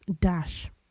Dash